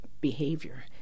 behavior